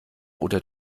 oder